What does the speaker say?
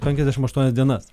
penkiasdešim aštuonias dienas